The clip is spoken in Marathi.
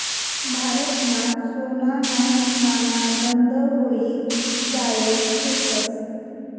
भारतमा सोनाना नाणा बंद व्हयी जायेल शेतंस